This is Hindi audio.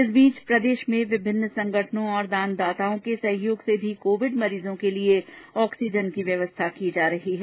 इस बीच प्रदेश में विभिन्न संगठनों और दानदाताओं के सहयोग से भी कोविड मरीजों के लिये ऑक्सीजन की व्यवस्था की जा रही है